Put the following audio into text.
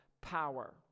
power